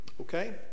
Okay